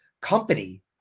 company